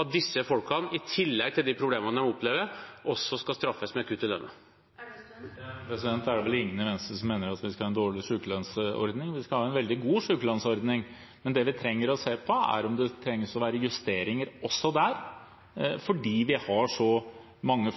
at disse folkene, i tillegg til de problemene de opplever, også skal straffes med kutt i lønnen? Det er vel ingen i Venstre som mener at vi skal ha en dårlig sykelønnsordning. Vi skal ha en veldig god sykelønnsordning. Men det vi trenger å se på, er om det trengs justeringer også der, fordi vi har så mange